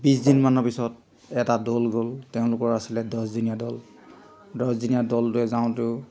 বিছ দিনমানৰ পিছত এটা দ'ল গ'ল তেওঁলোকৰ আছিলে দহজনীয়া দল দহজনীয়া দলটোৱে যাওঁতেও